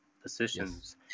Positions